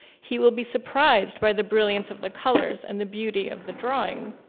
he will be surprised by the brilliance of the colors and the beauty of the drawing.